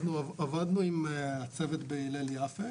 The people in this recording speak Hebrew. אנחנו עבדנו עם הצוות בהלל יפה,